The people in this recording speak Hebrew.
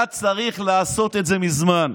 היה צריך לעשות את זה מזמן.